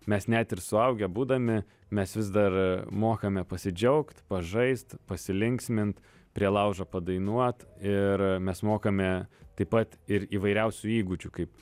mes net ir suaugę būdami mes vis dar mokame pasidžiaugt pažaist pasilinksmint prie laužo padainuot ir mes mokame taip pat ir įvairiausių įgūdžių kaip